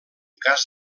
cas